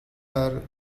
her